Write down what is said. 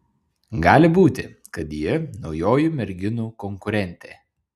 gali būti kad ji naujoji merginų konkurentė